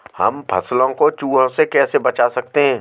हम फसलों को चूहों से कैसे बचा सकते हैं?